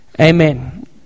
Amen